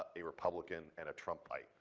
ah a republican, and a trumpite.